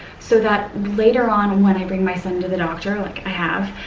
so that later on when i bring my son to the doctor, like i have,